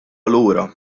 lura